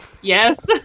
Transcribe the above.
Yes